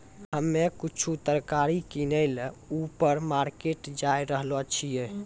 हम्मे कुछु तरकारी किनै ल ऊपर मार्केट जाय रहलो छियै